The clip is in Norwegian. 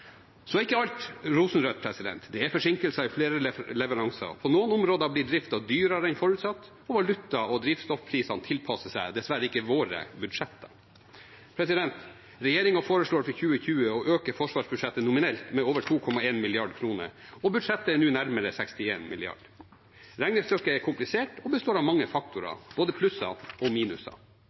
Så er ikke alt rosenrødt. Det er forsinkelser i flere leveranser. På noen områder blir driften dyrere enn forutsatt, og valuta- og drivstoffprisene tilpasser seg dessverre ikke våre budsjetter. Regjeringen foreslår for 2020 å øke forsvarsbudsjettet nominelt med over 2,1 mrd. kr, og budsjettet er nå på nærmere 61 mrd. kr. Regnestykket er komplisert og består av mange faktorer, både plusser og minuser.